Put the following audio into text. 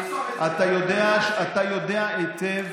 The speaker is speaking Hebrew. אתה יודע היטב